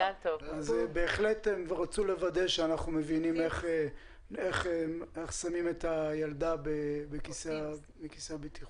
בהחלט רצו לוודא שאנחנו מבינים איך שמים את הילדה בכיסא הבטיחות.